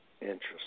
Interesting